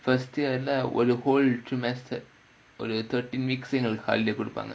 first year leh ஒரு:oru whole trimester ஒரு:oru thirteen weeks எங்களுக்கு:engalukku holiday குடுப்பாங்க:kuduppaanga